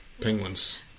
penguins